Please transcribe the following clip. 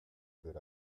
good